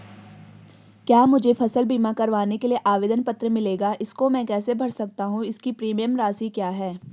क्या मुझे फसल बीमा करवाने के लिए आवेदन पत्र मिलेगा इसको मैं कैसे भर सकता हूँ इसकी प्रीमियम राशि क्या है?